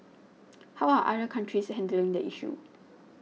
how are other countries handling the issue